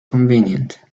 convenient